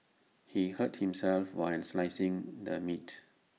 he hurt himself while slicing the meat